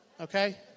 Okay